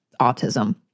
autism